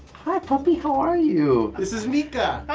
hi, puppy. how are you? this is mica.